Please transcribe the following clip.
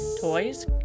toys